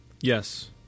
Yes